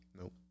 Nope